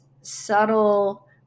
subtle